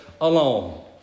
alone